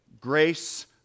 grace